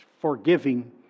forgiving